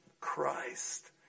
christ